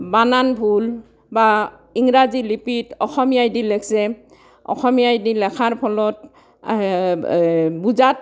বানান ভুল বা ইংৰাজী লিপিত অসমীয়াই দি লেখছে অসমীয়াই দি লেখাৰ ফলত বুজাত